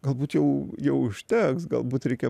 galbūt jau jau užteks galbūt reikia